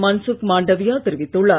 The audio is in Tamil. மன்சுக் மாண்டவியா தெரிவித்துள்ளார்